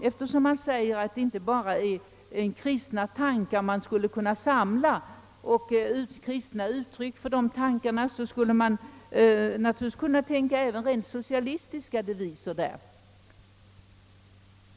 Eftersom man säger att det inte bara är kristna tankar man skulle samla och ge uttryck åt, skulle man naturligtvis även kunna tänka sig rent socialistiska deviser.